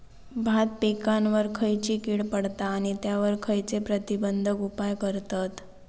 भात पिकांवर खैयची कीड पडता आणि त्यावर खैयचे प्रतिबंधक उपाय करतत?